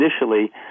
initially